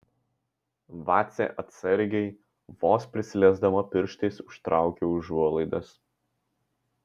vacė atsargiai vos prisiliesdama pirštais užtraukia užuolaidas